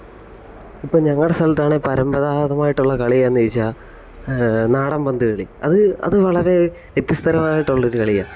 ഇപ്പോൾ ഞങ്ങളുടെ സ്ഥലത്താണേൽ പരമ്പരാഗതമായിട്ടുള്ള കളിയേതാന്നു ചോദിച്ചാൽ നാടൻ പന്തു കളി അത് അത് വളരെ വ്യത്യസ്തമായിട്ടുള്ളൊരു കളിയാണ്